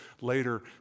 later